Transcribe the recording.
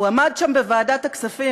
הוא עמד שם בוועדת הכספים,